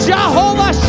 Jehovah